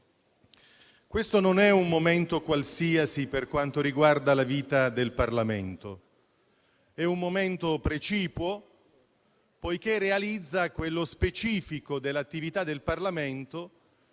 questo non è un momento qualsiasi per quanto riguarda la vita del Parlamento, ma è un momento precipuo, poiché realizza quello specifico adempimento dell'attività del Parlamento